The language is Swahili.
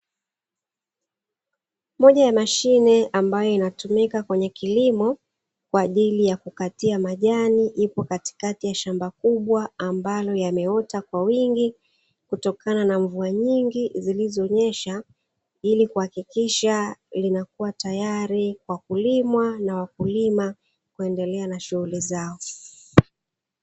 Moja ya mashine, ambayo inatumika kwenye kilimo kwa ajili ya kukatia majani, ipo katikati ya shamba kubwa ambalo yameota kwa wingi kutokana na mvua nyingi zilizonyesha ili kuhakikisha linakuwa tayari kwa kulimwa na wakulima kuendelea na shughuli zao.